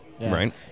Right